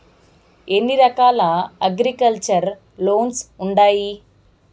ఎన్ని రకాల agriculture loans ఉండాయి